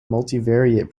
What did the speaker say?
multivariate